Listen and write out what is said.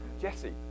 Jesse